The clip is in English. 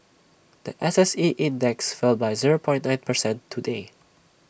The S S E index fell by zero nine percent today